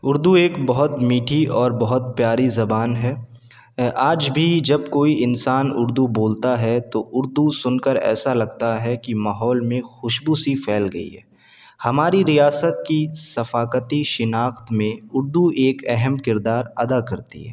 اردو ایک بہت میٹھی اور بہت پیاری زبان ہے آج بھی جب کوئی انسان اردو بولتا ہے تو اردو سن کر ایسا لگتا ہے کہ ماحول میں خوشبو سی پھیل گئی ہے ہماری ریاست کی ثقافتی شناخت میں اردو ایک اہم کردار ادا کرتی ہے